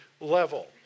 level